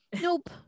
Nope